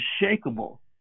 unshakable